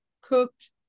cooked